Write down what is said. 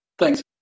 Thanks